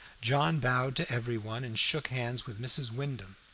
john bowed to every one and shook hands with mrs. wyndham.